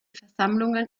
versammlungen